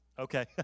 Okay